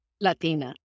Latina